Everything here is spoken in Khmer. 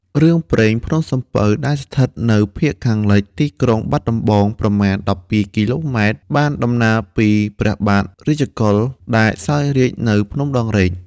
រឿងព្រេងភ្នំសំពៅ ដែលស្ថិតនៅភាគខាងលិចទីក្រុងបាត់ដំបង ប្រមាណ ១២ គីឡូម៉ែត្រ បានដំណាលពីព្រះបាទរាជកុល ដែលសោយរាជ្យនៅភ្នំដងរែក។